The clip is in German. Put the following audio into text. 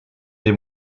den